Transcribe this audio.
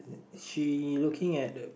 she looking at the